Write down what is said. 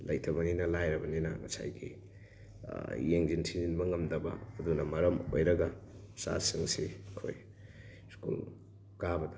ꯂꯩꯇꯕꯅꯤꯅ ꯂꯥꯏꯔꯕꯅꯤꯅ ꯉꯁꯥꯏꯒꯤ ꯌꯦꯡꯁꯟ ꯊꯤꯖꯟꯕ ꯉꯝꯗꯕ ꯑꯗꯨꯅ ꯃꯔꯝ ꯑꯣꯏꯔꯒ ꯃꯆꯥꯁꯤꯡꯁꯤ ꯑꯩꯈꯣꯏ ꯁ꯭ꯀꯨꯜ ꯀꯥꯕꯗ